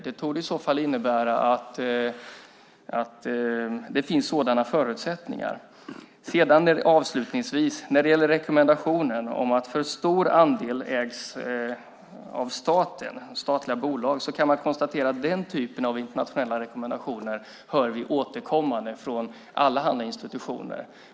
Det torde i så fall innebära att det finns sådana förutsättningar. Avslutningsvis kan jag när det gäller rekommendationen på grund av att för stor andel ägs av statliga bolag konstatera att vi hör den typen av internationella rekommendationer återkommande från allehanda institutioner.